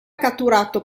catturato